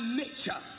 nature